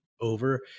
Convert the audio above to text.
over